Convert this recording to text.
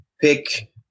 pick